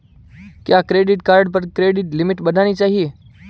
क्या credit card पर credit limit बढ़ानी चाहिए?